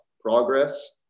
progress